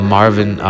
Marvin